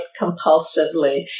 compulsively